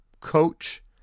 coach